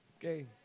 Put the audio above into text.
Okay